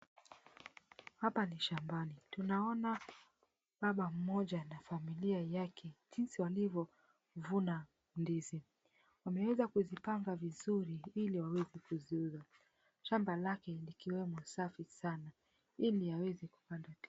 Hapa ni shambani, tunaona baba mmoja na familia yake jinsi walivyovuna ndizi. Wameweza kuzipanga vizuri ili waweze kuziuza. Shamba lake likiwemo safi sana ili aweze kupanda tena.